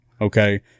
Okay